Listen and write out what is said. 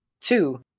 Two